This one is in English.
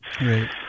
Right